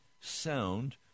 sound